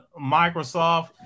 Microsoft